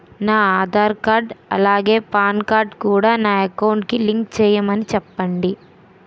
నా ఆధార్ కార్డ్ అలాగే PAN card కూడా నా అకౌంట్ కి లింక్ చేయమని చెప్పండి